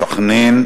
סח'נין,